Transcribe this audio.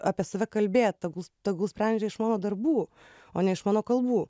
apie save kalbėt tegul tegul sprendžia iš mano darbų o ne iš mano kalbų